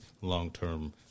long-term